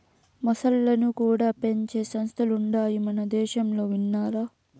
మొసల్లను కూడా పెంచే సంస్థలుండాయి మనదేశంలో విన్నారా